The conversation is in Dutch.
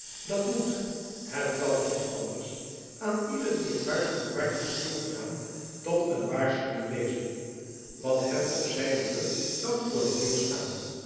dat moet het kan niet anders aan ieder die het huis van oranje is toegedaan tot een waarschuwing wezen wat hem op zijne beurt kan voor de deur staan